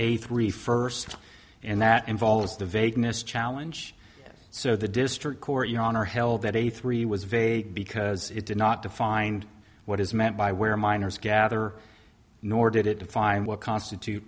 a three first and that involves the vagueness challenge so the district court your honor held that a three was vague because it did not defined what is meant by where minors gather nor did it define what constitute